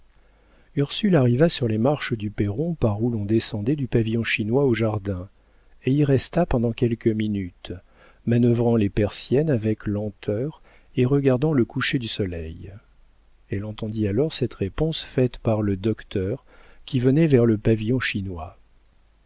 ursule arriva sur les marches du perron par où l'on descendait du pavillon chinois au jardin et y resta pendant quelques minutes manœuvrant les persiennes avec lenteur et regardant le coucher du soleil elle entendit alors cette réponse faite par le docteur qui venait vers le pavillon